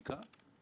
אני אומר לך: